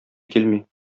килми